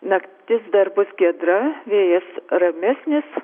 naktis dar bus giedra vėjas ramesnis